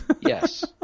Yes